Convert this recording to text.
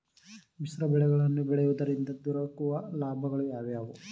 ಮಿಶ್ರ ಬೆಳೆಗಳನ್ನು ಬೆಳೆಯುವುದರಿಂದ ದೊರಕುವ ಲಾಭಗಳು ಯಾವುವು?